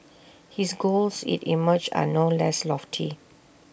his goals IT emerges are no less lofty